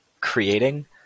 creating